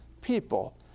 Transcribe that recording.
people